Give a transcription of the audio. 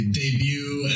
debut